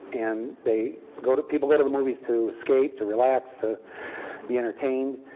and they go to people go to the movies to escape, to relax, to be entertained.